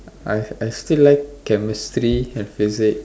I I still like chemistry and physic